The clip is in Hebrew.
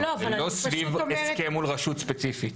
אבל זה לא לפי הסכם מול רשות ספציפית.